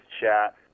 chat